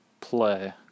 play